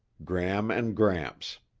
gram and gramps